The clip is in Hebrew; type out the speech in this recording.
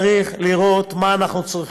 צריך לראות מה אנחנו צריכים.